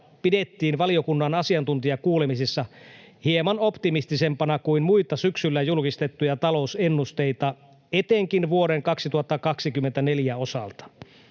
pidettiin valiokunnan asiantuntijakuulemisissa hieman optimistisempana kuin muita syksyllä julkistettuja talousennusteita etenkin vuoden 2024 osalta.